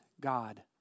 God